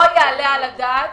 לא יעלה על הדעת